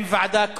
עם ועדה קרואה,